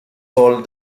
called